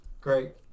Great